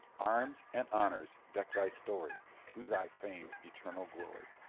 arms and honours deck thy story, to thy fame's eternal glory!